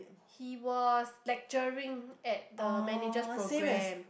he was lecturing at the managers programme